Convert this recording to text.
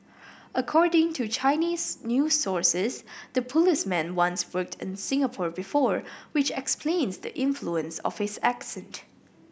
according to Chinese news sources the policeman once worked in Singapore before which explains the influence of his accent